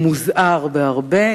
הוא מוזער בהרבה,